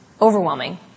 overwhelming